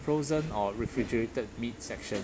frozen or refrigerated meat section